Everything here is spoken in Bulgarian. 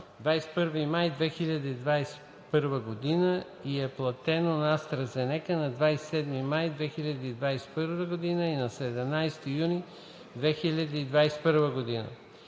21 май 2021 г. и е платено на „АстраЗенека“ на 27 май 2021 г. и на 17 юни 2021 г.